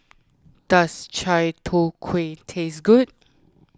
does Chai Tow Kway taste good